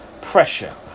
pressure